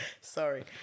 sorry